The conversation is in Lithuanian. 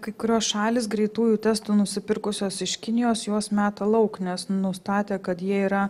kai kurios šalys greitųjų testų nusipirkusios iš kinijos juos meta lauk nes nustatė kad jie yra